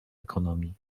ekonomii